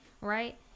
right